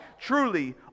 Truly